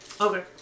Okay